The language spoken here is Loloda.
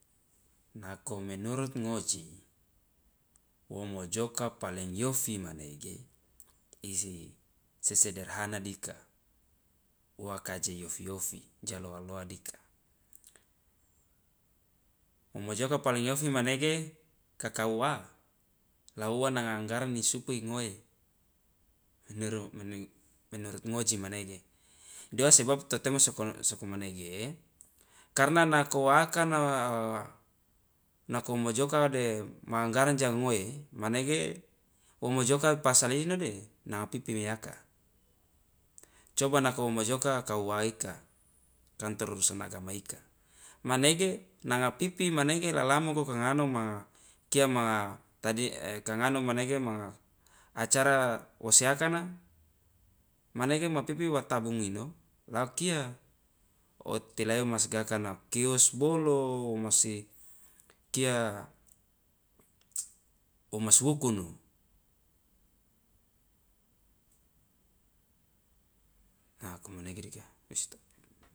Nako menurut ngoji womojoka paling iofi manege isi sesederhana dika uwa kaje iofi ofi ja loa- loa dika womojoka paling iofi manege kakauwa lauwa nanga anggaran isupu ingoe menurut ngoji manege idoa sebab totemo soko sokomanege karna nako wo akana nako mojoka de ma anggaran ja ngoe manege womojoka pasalino de nanga pipi meiyaka coba nako womojoka kua ika kantor urusan agama ika manege nanga pipi manege ilalamoko kangano ma kia ma kangano manege ma acara wosi akana manege ma pipi wa tabung ino la okia otilahi womasgakana kios bolo womaskia womas wukunu a komanege dika.